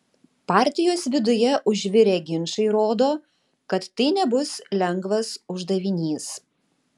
partijos viduje užvirę ginčai rodo kad tai nebus lengvas uždavinys